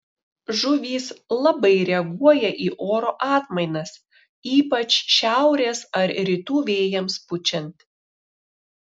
žuvys labai reaguoja į oro atmainas ypač šiaurės ar rytų vėjams pučiant